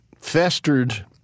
festered